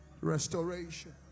Restoration